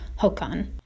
Hokan